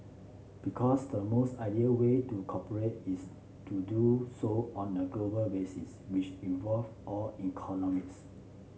because the most ideal way to cooperate is to do so on a global basis which involve all economies